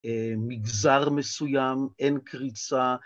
מגזר מסוים, אין קריצה